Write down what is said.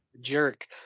jerk